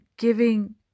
Giving